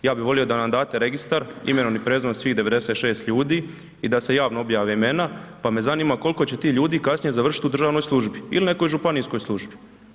Ja bih volio da nam date registar, imenom i prezimenom svih 96 ljudi i da se javno objave imena pa me zanima koliko će ti ljudi kasnije završiti u državnoj službi ili nekoj županijskoj službi.